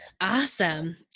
Awesome